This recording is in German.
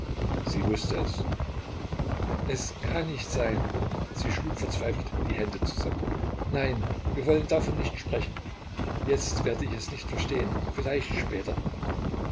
sie wußte es es kann nicht sein sie schlug verzweifelt die hände zusammen nein wir wollen davon nicht sprechen jetzt werde ich es nicht verstehen vielleicht später